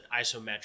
isometric